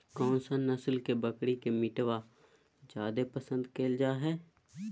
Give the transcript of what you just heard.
कौन सा नस्ल के बकरी के मीटबा जादे पसंद कइल जा हइ?